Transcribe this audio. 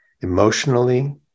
Emotionally